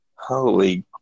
Holy